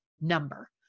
number